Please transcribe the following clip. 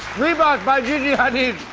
reebok by gigi hadid,